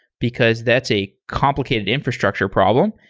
because that's a complicated infrastructure problem.